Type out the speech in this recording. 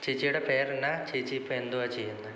ചേച്ചിയുടെ പേരെന്താണ് ചേച്ചിയിപ്പം എന്തുവാ ചെയ്യുന്നത്